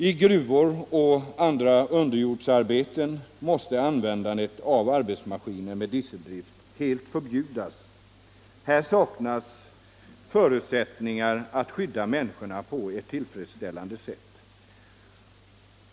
I gruvor och vid annat underjordsarbete måste användandet av arbetsmaskiner med dieseldrift helt förbjudas. Här saknas förutsättningar för att skydda människorna på ett tillfredsställande sätt.